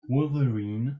wolverine